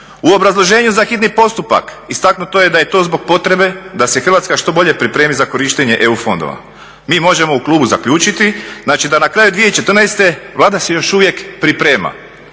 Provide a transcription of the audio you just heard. U obrazloženju za hitni postupak istaknuto je da je to zbog potrebe da se Hrvatska što bolje pripremi za korištenje EU fondova. Mi možemo u klubu zaključiti znači da na kraju 2014. Vlada se još uvijek priprema.